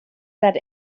that